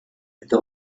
entre